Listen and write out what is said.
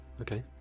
Okay